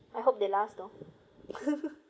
I hope they last though